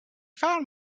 found